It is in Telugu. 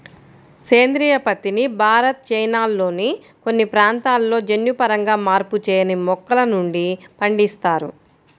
సేంద్రీయ పత్తిని భారత్, చైనాల్లోని కొన్ని ప్రాంతాలలో జన్యుపరంగా మార్పు చేయని మొక్కల నుండి పండిస్తారు